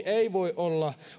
ei pitäisi olla